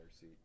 seat